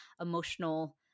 emotional